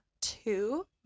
two